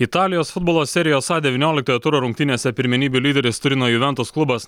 italijos futbolo serijos a devynioliktojo turo rungtynėse pirmenybių lyderis turino juventus klubas